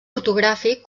ortogràfic